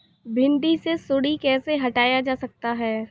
भिंडी से सुंडी कैसे हटाया जा सकता है?